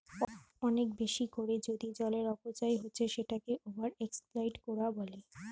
অনেক বেশি কোরে যদি জলের অপচয় হচ্ছে সেটাকে ওভার এক্সপ্লইট কোরা বলে